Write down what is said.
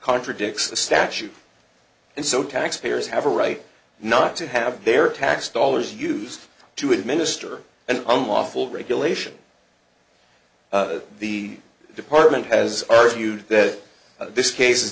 contradicts the statute and so taxpayers have a right not to have their tax dollars used to administer an unlawful regulation the department has argued that this case is